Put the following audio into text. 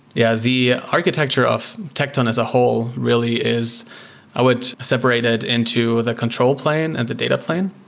yeah. the architecture of tecton as a whole really is i would separate it into the control plane and the data plane.